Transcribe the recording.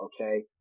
Okay